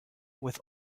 with